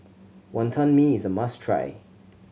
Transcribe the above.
Wonton Mee is a must try